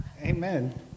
Amen